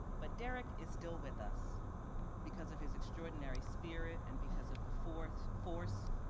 but derrick is still with us because of his extraordinary spirit and because of the fourth force,